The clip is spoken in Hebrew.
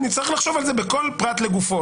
נצטרך לחשוב על זה בכל פרט לגופו.